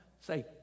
Say